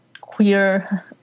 queer